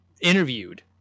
interviewed